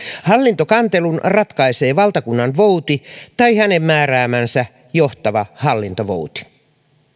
hallintokantelun ratkaisee valtakunnanvouti tai hänen määräämänsä johtava hallintovouti